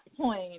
point